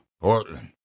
Portland